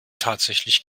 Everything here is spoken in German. tatsächlich